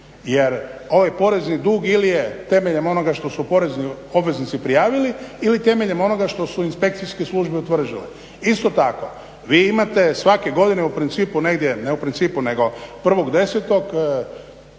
jer ovaj porezni dug ili je temeljem onoga što su porezni obveznici prijavili ili temeljem onoga što su inspekcijske službe utvrdile. Isto tako, vi imate svake godine u principu negdje, ne u principu nego 1.10.